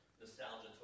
nostalgia